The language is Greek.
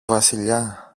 βασιλιά